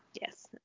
Yes